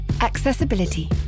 Accessibility